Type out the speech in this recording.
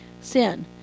sin